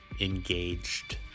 engaged